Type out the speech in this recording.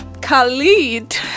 Khalid